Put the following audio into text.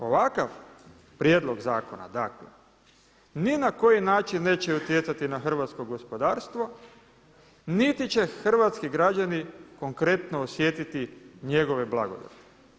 Ovakav prijedlog zakona dakle ni na koji način neće utjecati na hrvatskog gospodarstvo niti će hrvatski građani konkretno osjetiti njegove blagodati.